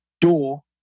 door